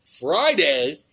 Friday